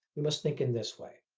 we must think in this way.